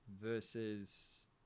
versus